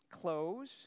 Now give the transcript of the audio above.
close